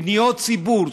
פניות ציבור,